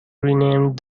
renamed